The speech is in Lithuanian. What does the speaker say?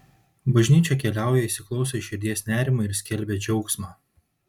bažnyčia keliauja įsiklauso į širdies nerimą ir skelbia džiaugsmą